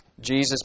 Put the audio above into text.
Jesus